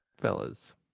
fellas